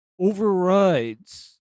overrides